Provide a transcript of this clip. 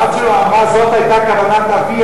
הבת שלו אמרה: זאת היתה כוונת אבי,